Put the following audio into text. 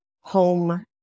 home